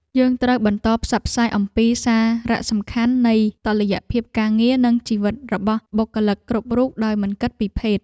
យើងត្រូវបន្តផ្សព្វផ្សាយអំពីសារៈសំខាន់នៃតុល្យភាពការងារនិងជីវិតសម្រាប់បុគ្គលិកគ្រប់រូបដោយមិនគិតពីភេទ។